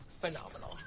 Phenomenal